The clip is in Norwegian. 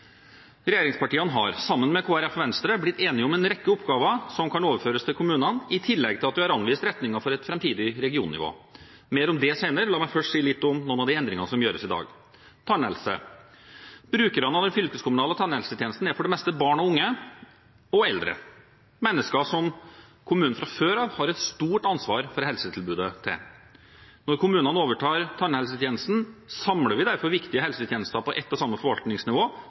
Regjeringspartiene har sammen med Kristelig Folkeparti og Venstre blitt enige om en rekke oppgaver som kan overføres til kommunene, i tillegg til at vi har anvist retningen for et framtidig regionnivå. – Mer om det senere, la meg først si litt om noen av de endringene som gjøres i dag: Tannhelse: Brukerne av den fylkeskommunale tannhelsetjenesten er for det meste barn og unge og eldre – mennesker som kommunen fra før av har et stort ansvar for helsetilbudet til. Når kommunene overtar tannhelsetjenesten, samler vi derfor viktige helsetjenester på ett og samme forvaltningsnivå